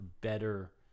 better